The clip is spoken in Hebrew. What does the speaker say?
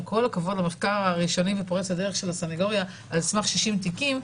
עם כל הכבוד למחקר הראשוני ופורץ הדרך של הסניגוריה על סמך 60 תיקים,